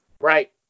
Right